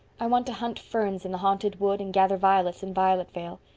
i want to hunt ferns in the haunted wood and gather violets in violet vale.